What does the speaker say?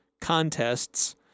contests